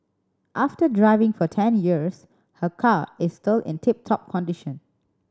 after driving for ten years her car is still in tip top condition